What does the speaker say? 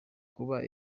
kuba